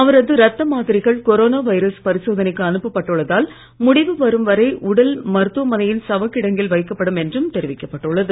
அவரது இரத்த மாதிரிகள் கொரோனா வைரஸ் பரிசோதனைக்கு அனுப்ப பட்டுள்ளதால் முடிவு வரும் வரை உடல் மருத்துவமனையின் சவக் கிடங்கில் வைக்கப்படும் என்றும் தெரிவிக்கப்பட்டுள்ளது